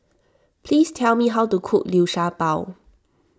please tell me how to cook Liu Sha Bao